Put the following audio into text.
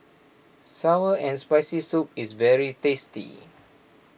Sour and Spicy Soup is very tasty